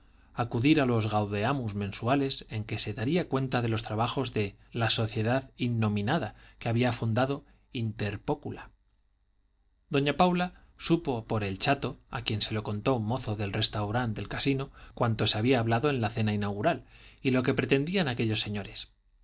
acudir a los gaudeamus mensuales en que se daría cuenta de los trabajos de la sociedad innominada que había fundado inter pocula doña paula supo por el chato a quien se lo contó un mozo del restaurant del casino cuanto se había hablado en la cena inaugural y lo que pretendían aquellos señores